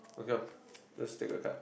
okay lor let's take a card